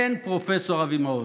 אין פרופ' אבי מעוז.